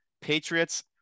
Patriots